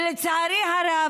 ולצערי הרב,